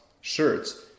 shirts